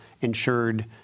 insured